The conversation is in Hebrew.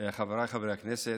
חבריי חברי הכנסת,